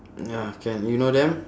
ya can you know them